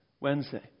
Wednesday